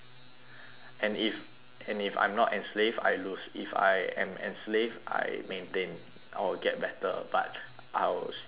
and if and if I'm not enslave I lose if I am enslave I maintain I will get better but I will still be enslave